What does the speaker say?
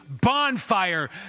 bonfire